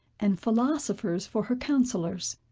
and philosophers for her counsellors.